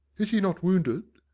is he not wounded?